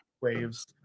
waves